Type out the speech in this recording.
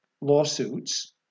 lawsuits